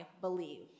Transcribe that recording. believe